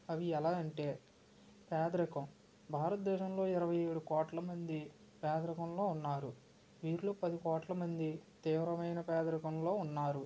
అవి ఎలా అంటే పేదరికం భారతదేశంలో ఇరవై ఏడు కోట్ల మంది పేదరికంలో ఉన్నారు వీరిలో పది కోట్ల మంది తీవ్రమైన పేదరికంలో ఉన్నారు